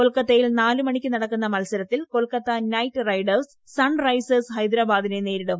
കൊൽക്കത്തയിൽ നാല് മണിക്ക് നടക്കുന്ന മത്സരത്തിൽ Kolkata Knight Riders Sunrisers ഹൈദ്രാബാ ദിനെ നേരിടും